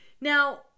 Now